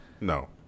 no